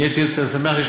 חלילה, זה לא.